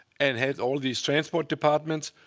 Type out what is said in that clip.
and had all these transport departments,